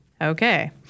okay